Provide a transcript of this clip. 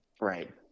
Right